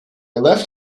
left